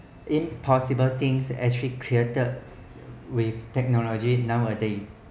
it's possible things as recreated with technology nowadays